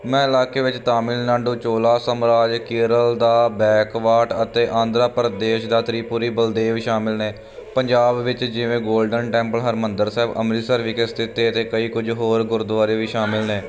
ਮੈਂ ਇਲਾਕੇ ਵਿੱਚ ਤਾਮਿਲਨਾਡੂ ਚੋਲਾ ਸਮਰਾਜ ਕੇਰਲ ਦਾ ਬੈਕਵਾਟ ਅਤੇ ਆਂਧਰਾ ਪ੍ਰਦੇਸ਼ ਦਾ ਤ੍ਰਿਪੂਰੀ ਬਲਦੇਵ ਸ਼ਾਮਿਲ ਨੇ ਪੰਜਾਬ ਵਿੱਚ ਜਿਵੇਂ ਗੋਲਡਨ ਟੈਂਪਲ ਹਰਿਮੰਦਰ ਸਾਹਿਬ ਅੰਮ੍ਰਿਤਸਰ ਵਿਖੇ ਸਥਿਤ ਹੈ ਅਤੇ ਕਈ ਕੁਝ ਹੋਰ ਗੁਰਦੁਆਰੇ ਵੀ ਸ਼ਾਮਿਲ ਨੇ